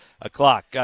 o'clock